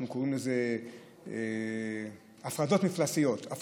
אנחנו קוראים לזה "הפרדות מפלסיות": עושים